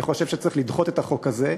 אני חושב שצריך לדחות את החוק הזה,